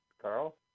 Carl